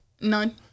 None